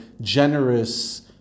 generous